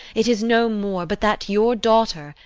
it is no more but that your daughter,